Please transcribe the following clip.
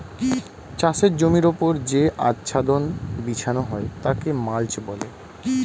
চাষের জমির ওপর যে আচ্ছাদন বিছানো হয় তাকে মাল্চ বলে